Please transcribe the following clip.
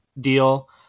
deal